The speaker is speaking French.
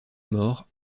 mort